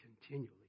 continually